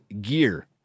gear